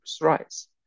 rights